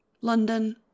london